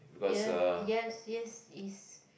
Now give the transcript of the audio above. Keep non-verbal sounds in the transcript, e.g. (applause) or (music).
(noise) yes yes is